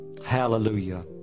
Hallelujah